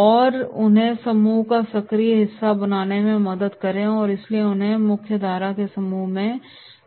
और उन्हें समूह का सक्रिय हिस्सा बनने में मदद करें और इसलिए उन्हें मुख्यधारा के समूह में